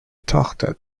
tochter